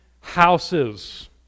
houses